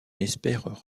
n’espère